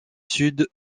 sud